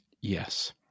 Yes